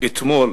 אתמול